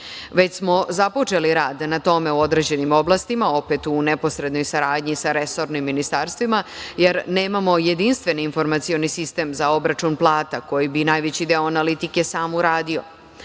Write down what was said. smo započeli rad na tome u određenim oblastima, opet, u neposrednoj saradnji sa resornim ministarstvima, jer nemamo jedinstveni informacioni sistem za obračun plata, koji bi najveći deo analitike sam uradio.